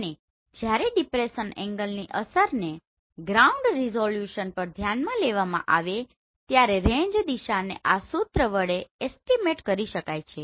અને જ્યારે ડિપ્રેસન એંગલની અસરને ગ્રાઉન્ડ રિઝોલ્યુશન પર ધ્યાન માં લેવામાં આવે ત્યારે રેંજ દિશાને આ સૂત્ર વડે એસ્ટીમેટ કરી શકાય છે